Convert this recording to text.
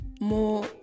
more